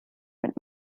mit